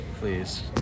Please